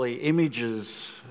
images